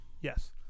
Yes